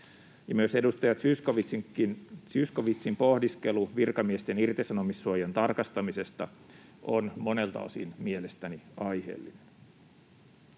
Myös edustaja Zyskowiczin pohdiskelu virkamiesten irtisanomissuojan tarkastamisesta on mielestäni monelta osin aiheellinen.